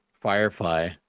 Firefly